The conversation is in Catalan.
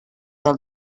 del